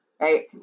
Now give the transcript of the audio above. right